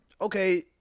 okay